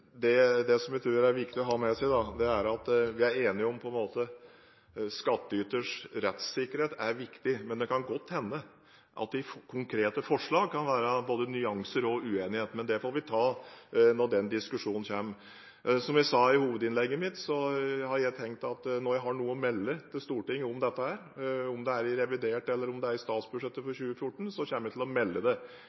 er enige om at skattyters rettssikkerhet er viktig, men det kan godt hende at det i de konkrete forslagene kan være både nyanser og uenighet, men det får vi ta når den diskusjonen kommer. Som jeg sa i hovedinnlegget mitt: Når jeg har noe å melde til Stortinget om dette, enten det er i revidert eller i statsbudsjettet for 2014, kommer jeg til å melde fra om hvor langt man har kommet med dette arbeidet, for dette er ting som det